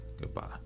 Goodbye